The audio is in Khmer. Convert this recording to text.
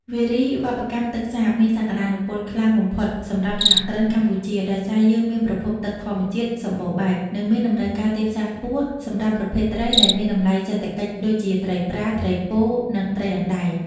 វារីវប្បកម្មទឹកសាបមានសក្ដានុពលខ្លាំងបំផុតសម្រាប់សហគ្រិនកម្ពុជា ដោយសារយើងមានប្រភពទឹកធម្មជាតិសម្បូរបែប និងមានតម្រូវការទីផ្សារខ្ពស់សម្រាប់ប្រភេទត្រីដែលមានតម្លៃសេដ្ឋកិច្ចដូចជាត្រីប្រា ត្រីពោធិ៍ និងត្រីអណ្ដែង។